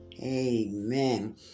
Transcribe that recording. Amen